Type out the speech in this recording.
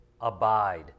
Abide